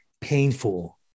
painful